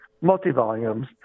multi-volumes